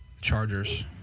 Chargers